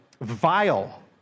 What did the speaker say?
vile